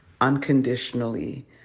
unconditionally